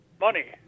money